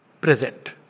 present